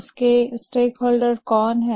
इसके स्टेकहोल्डर कौन है